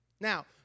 Now